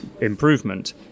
improvement